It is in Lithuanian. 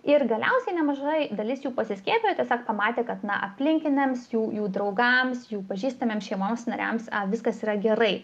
ir galiausiai nemaža dalis jų pasiskiepijo tiesiog pamatė kad aplinkiniams jų jų draugams jų pažįstamiems šeimos nariams viskas yra gerai